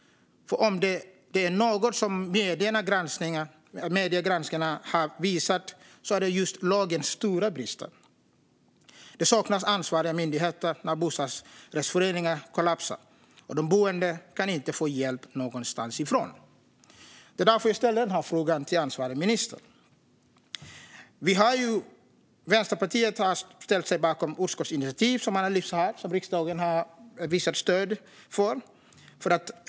Om det är något som mediernas granskningar har visat är det nämligen just lagens stora brister. Det saknas ansvariga myndigheter när bostadsrättsföreningar kollapsar, och de boende kan inte få hjälp någonstans ifrån. Det är därför jag ställer denna fråga till ansvarig minister. Vänsterpartiet har ställt sig bakom ett utskottsinitiativ som riksdagen har visat stöd för.